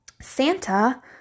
santa